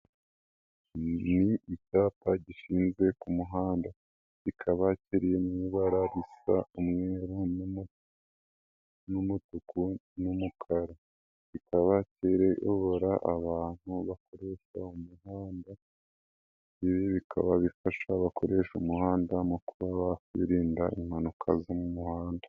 Ni icyapa gishinzwe ku muhanda, bikaba kiri mu ibara risa umweru n'umutuku n'umukara, kikaba kiyobora abantu bakoresha umuhanda, ibibi bikaba bifasha abakoresha umuhanda mu kuba bakwirinda impanuka zo mu muhanda.